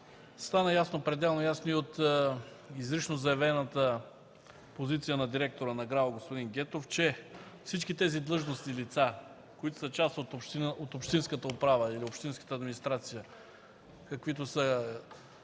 Стана пределно ясно и от изрично заявената позиция на директора на ГРАО господин Гетов, че всички тези длъжностни лица, които са част от общинската управа или общинската администрация, каквито са